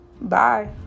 Bye